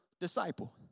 disciple